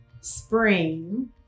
spring